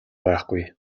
байхгүй